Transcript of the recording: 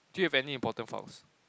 do you have any important files